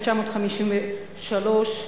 התשי"ג 1953,